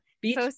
Beach